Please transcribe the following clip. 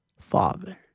Father